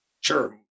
Sure